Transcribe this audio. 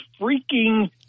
freaking